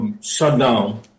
shutdown